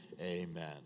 Amen